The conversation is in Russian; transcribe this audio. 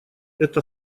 это